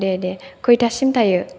दे दे खयथासिम थायो